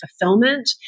fulfillment